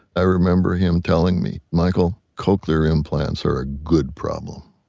i remember him telling me michael, cochlear implants are a good problem.